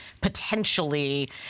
potentially